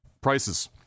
prices